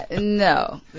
No